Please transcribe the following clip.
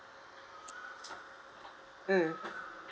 mm